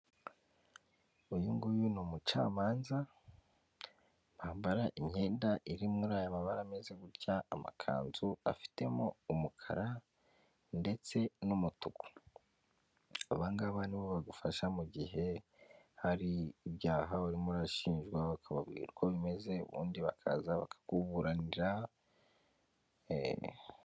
Uyu nguyu ni umucamanza, bambara imyenda iri muri aya mabara ameze gutya, amakanzu afitemo umukara ndetse n'umutuku. Aba ngaba ni bo bagufasha mu gihe hari ibyaha urimo urashinjwa, ukababwira uko bimeze ubundi bakaza bakakuburanira.